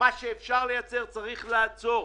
מה שאפשר לייצר צריך לעצור.